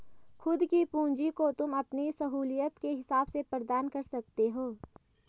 खुद की पूंजी को तुम अपनी सहूलियत के हिसाब से प्रदान कर सकते हो